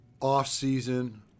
off-season